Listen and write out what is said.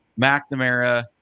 McNamara